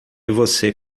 você